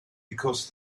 because